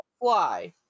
fly